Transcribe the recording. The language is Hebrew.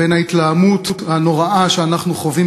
בין ההתלהמות הנוראה שאנחנו חווים,